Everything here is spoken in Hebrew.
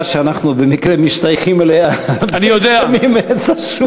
שאנחנו במקרה משתייכים אליה שמים עץ אשוח.